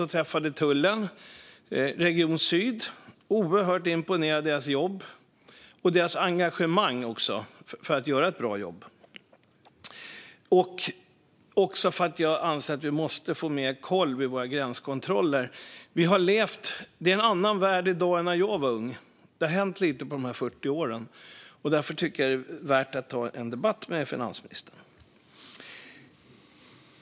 Vi träffade då tullen och region Syd, och jag blev oerhört imponerad av deras jobb - samt av deras engagemang för att göra ett bra jobb. Det tredje skälet är att jag anser att vi måste få mer koll vid våra gränser. Det är en annan värld i dag än när jag var ung - det har hänt lite under de här 40 åren - och därför tycker jag att det är värt att ta en debatt med finansministern.